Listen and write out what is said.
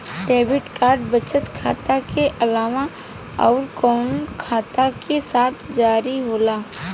Debit card बचत खाता के अलावा अउरकवन खाता के साथ जारी होला?